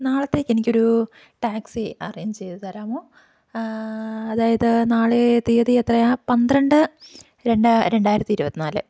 നാളത്തേക്ക് എനിക്ക് ഒരു ടാക്സി അറേഞ്ച് ചെയ്ത് തരാമോ അതായത് നാളെ തീയതി എത്രയാണ് പന്ത്രണ്ട് രണ്ട് രണ്ടായിരത്തി ഇരുപത്തിനാല്